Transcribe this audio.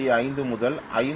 5 முதல் 50